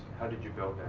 how did you build